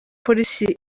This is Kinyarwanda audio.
polisi